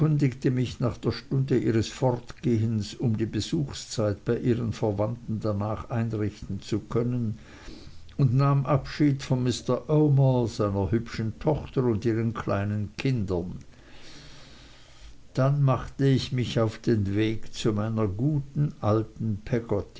mich nach der stunde ihres fortgehens um die besuchszeit bei ihren verwandten danach einrichten zu können und nahm abschied von mr omer seiner hübschen tochter und ihren kleinen kindern dann machte ich mich auf den weg zu meiner guten alten